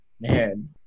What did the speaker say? man